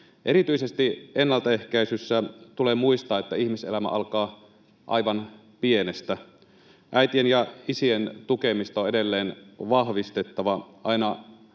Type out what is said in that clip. Erityisesti ennaltaehkäisyssä tulee muistaa, että ihmiselämä alkaa aivan pienestä. Äitien ja isien tukemista on edelleen vahvistettava, aina